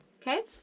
Okay